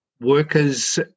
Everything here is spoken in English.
workers